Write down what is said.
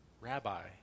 Rabbi